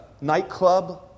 nightclub